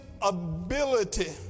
ability